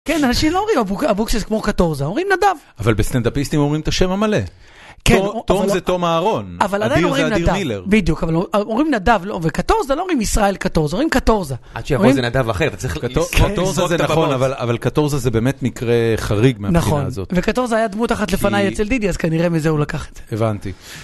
כן, אנשים לא אומרים אבוקסיס כמו קטורזה, אומרים נדב. אבל בסטנדאפיסטים אומרים את השם המלא. תום זה תום אהרון, אדיר זה אדיר מילר. בדיוק, אבל אומרים נדב לא, וקטורזה לא אומרים ישראל קטורזה, אומרים קטורזה. עד שיבוא איזה נדב אחר, קטורזה זה נכון, אבל קטורזה זה באמת מקרה חריג מהבחינה הזאת. וקטורזה היה דמות אחת לפניי אצל דידי, אז כנראה מזה הוא לקח את זה. הבנתי.